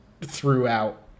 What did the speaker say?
throughout